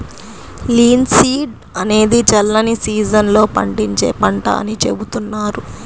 linseed అనేది చల్లని season లో పండించే పంట అని చెబుతున్నారు